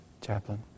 Chaplain